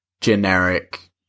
generic